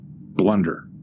blunder